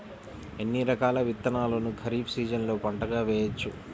ఎన్ని రకాల విత్తనాలను ఖరీఫ్ సీజన్లో పంటగా వేయచ్చు?